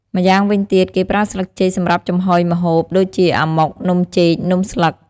ម្យ៉ាងវិញទៀតគេប្រើស្លឹកចេកសម្រាប់ចំហុយម្ហូប ដូចជា អាម៉ុក, នំចេក, នំស្លឹក។